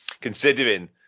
considering